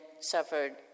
suffered